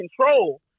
control